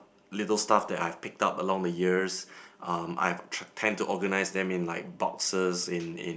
little stuff that I've picked up along the years um I've tend to organize them in like boxes in in